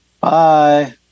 Bye